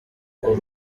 ngo